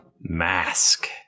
Mask